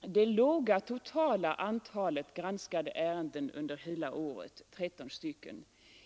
Det låga totala antalet granskade ärenden under hela året, tretton stycken,